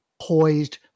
poised